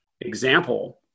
example